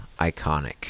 iconic